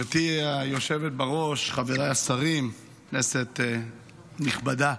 גברתי היושבת בראש, חבריי השרים, כנסת נכבדה,